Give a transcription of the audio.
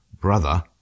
brother